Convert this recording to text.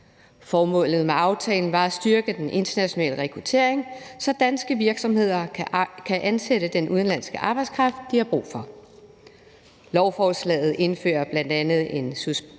Formålet med aftalen var at styrke den internationale rekruttering, så danske virksomheder kan ansætte den udenlandske arbejdskraft, de har brug for. Lovforslaget indfører bl.a. en supplerende